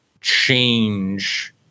change